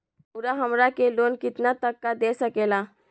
रउरा हमरा के लोन कितना तक का दे सकेला?